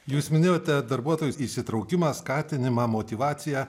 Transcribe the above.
jūs minėjote darbuotojų įsitraukimą skatinimą motyvaciją